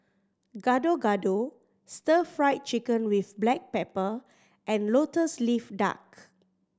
Gado Gado Stir Fried Chicken with black pepper and Lotus Leaf Duck